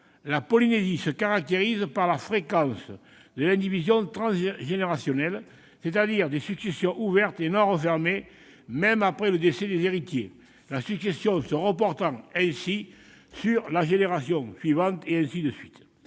française se caractérise par la fréquence de l'indivision transgénérationnelle- les successions ouvertes ne sont pas refermées, même après le décès des héritiers -, la succession se reportant sur la génération suivante, et ainsi de suite.